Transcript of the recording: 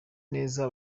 neza